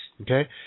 Okay